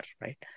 right